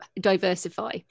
diversify